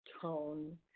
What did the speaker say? tone